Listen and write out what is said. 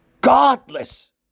godless